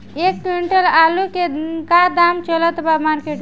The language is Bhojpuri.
एक क्विंटल आलू के का दाम चलत बा मार्केट मे?